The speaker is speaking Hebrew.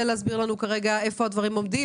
להסביר לנו כרגע איפה הדברים עומדים?